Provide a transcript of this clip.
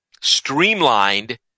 streamlined